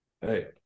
hey